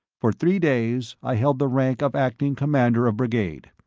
for three days i held the rank of acting commander of brigade.